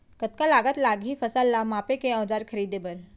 कतका लागत लागही फसल ला मापे के औज़ार खरीदे बर?